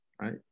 right